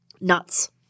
Nuts